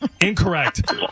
Incorrect